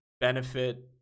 benefit